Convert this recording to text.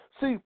see